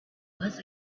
was